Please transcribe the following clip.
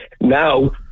Now